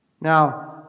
Now